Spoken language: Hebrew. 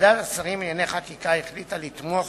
ועדת השרים לענייני חקיקה החליטה לתמוך